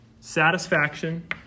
satisfaction